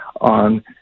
on